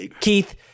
Keith